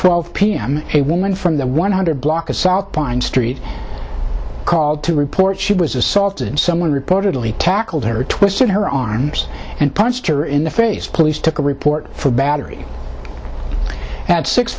twelve p m a woman from the one hundred block of south pine street called to report she was assaulted and someone reportedly tackled her twisted her arms and punched her in the face police took a report for battery at six